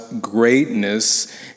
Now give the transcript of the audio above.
greatness